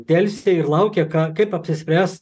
delsė ir laukė ką kaip apsispręs